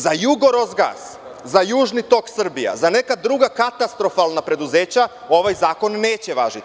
Za „Jugorosgas“, za Južni tok Srbija, za neka druga katastrofalna preduzeća ovaj zakon neće važiti.